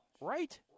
right